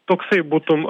toksai būtum